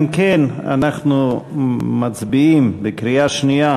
אם כן, אנחנו מצביעים בקריאה שנייה,